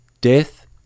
Death